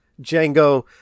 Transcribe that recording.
Django